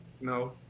No